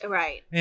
right